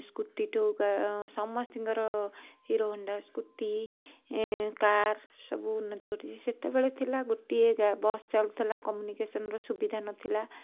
scooty ଠୁ ସମସ୍ତିଙ୍କର Hero Honda scooty ଏଁ କାର୍ ସବୁ ଉନ୍ନତି ଘଟିଛି ସେତେବେଳେ ଥିଲା ଗୋଟିଏ ବସ୍ ଚାଲୁଥିଲା କମ୍ୟୁନିକେସନ୍ ର ସୁବିଧା ନଥିଲା